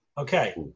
Okay